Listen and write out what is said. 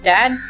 Dad